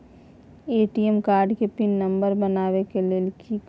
ATM card के PIN number बनाबै के लेल की करिए?